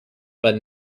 but